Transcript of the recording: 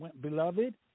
Beloved